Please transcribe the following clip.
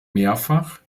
mehrfach